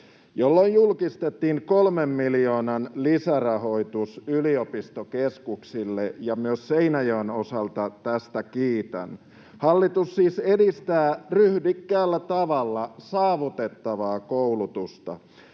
jolloin julkistettiin kolmen miljoonan lisärahoitus yliopistokeskuksille, ja myös Seinäjoen osalta tästä kiitän. Hallitus siis edistää ryhdikkäällä tavalla saavutettavaa koulutusta.